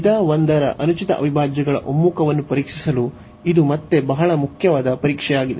ವಿಧ 1 ರ ಅನುಚಿತ ಅವಿಭಾಜ್ಯಗಳ ಒಮ್ಮುಖವನ್ನು ಪರೀಕ್ಷಿಸಲು ಇದು ಮತ್ತೆ ಬಹಳ ಮುಖ್ಯವಾದ ಪರೀಕ್ಷೆಯಾಗಿದೆ